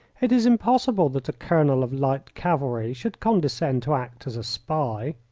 it is impossible that a colonel of light cavalry should condescend to act as a spy.